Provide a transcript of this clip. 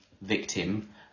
victim